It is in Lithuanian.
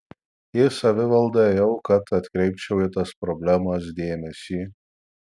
į savivaldą ėjau kad atkreipčiau į tas problemas dėmesį